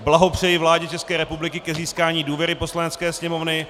Blahopřeji vládě České republiky k získání důvěry Poslanecké sněmovny.